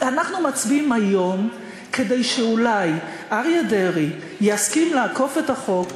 אנחנו מצביעים היום כדי שאולי אריה דרעי יסכים לעקוף את החוק,